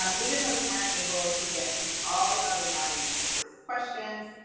um even though we weren't able to get to all of the audience's questions,